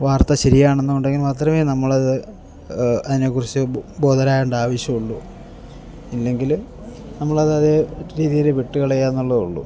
വാർത്ത ശരിയാണെന്നുണ്ടെങ്കിൽ മാത്രമേ നമ്മളത് അതിനെക്കുറിച്ച് ബോദേഡാവേണ്ട ആവശ്യം ഉള്ളൂ ഇല്ലെങ്കിൽ നമ്മളത് അതേ രീതിയിൽ വിട്ടു കളയാമെന്നുള്ളതേ ഉള്ളൂ